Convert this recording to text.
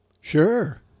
Sure